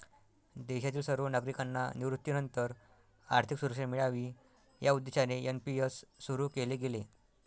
देशातील सर्व नागरिकांना निवृत्तीनंतर आर्थिक सुरक्षा मिळावी या उद्देशाने एन.पी.एस सुरु केले गेले